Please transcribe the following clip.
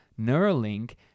Neuralink